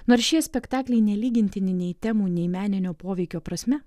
nors šie spektakliai nelygintini nei temų nei meninio poveikio prasme